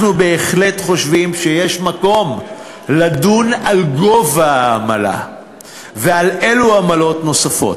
אנחנו בהחלט חושבים שיש מקום לדון על גובה העמלה ועל עמלות נוספות.